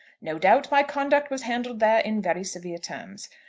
no doubt my conduct was handled there in very severe terms.